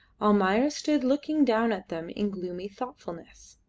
almayer stood looking down at them in gloomy thoughtfulness.